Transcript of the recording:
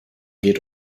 geht